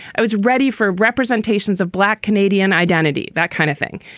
i was ready for representations of black canadian identity that kind of thing.